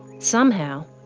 somehow,